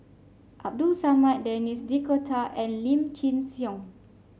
Abdul Samad Denis D'Cotta and Lim Chin Siong